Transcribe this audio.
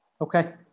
Okay